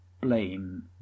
blame